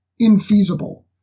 infeasible